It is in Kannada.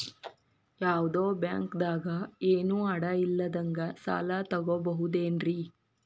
ಯಾವ್ದೋ ಬ್ಯಾಂಕ್ ದಾಗ ಏನು ಅಡ ಇಲ್ಲದಂಗ ಸಾಲ ತಗೋಬಹುದೇನ್ರಿ?